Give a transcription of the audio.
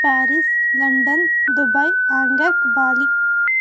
Paris London Dubai ಆಂಗೆಕ್ ಬಾಲಿ